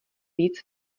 víc